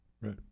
right